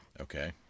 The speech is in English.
Okay